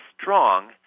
strong